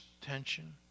tension